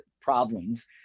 problems